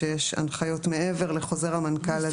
או שיש הנחיות מעבר לחוזר המנכ"ל הזה.